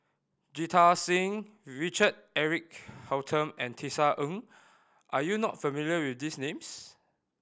Jita Singh Richard Eric Holttum and Tisa Ng are you not familiar with these names